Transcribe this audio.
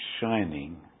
shining